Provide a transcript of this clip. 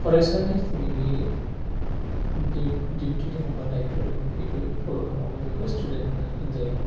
फरायसानि जिथुनाखि दै डिउटि दङ बा दायथ' दङ बेखौ बे फल' खालामाबा बेखौ स्टुडेन्ट होन्ना होनजाया